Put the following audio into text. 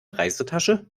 reisetasche